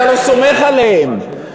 אתה לא סומך עליהם?